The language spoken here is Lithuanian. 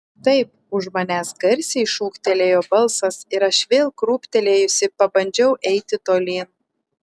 taip už manęs garsiai šūktelėjo balsas ir aš vėl krūptelėjusi pabandžiau eiti tolyn